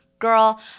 girl